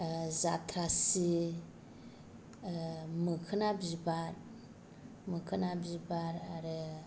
आह जात्रासि मोखोना बिबार मोखोना बिबार आरो